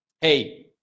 hey